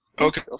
Okay